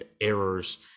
errors